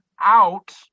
out